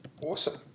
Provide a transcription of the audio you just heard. Awesome